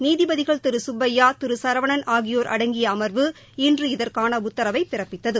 நீதிபதிகள் திரு சுப்பையா திரு சரவணன் ஆகியோர் அடங்கிய அம்வு இன்று இதற்கான உத்தரவை பிறப்பித்தது